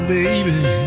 Baby